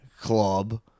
club